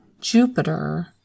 Jupiter